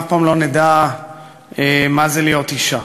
אף פעם לא נדע מה זה להיות אישה.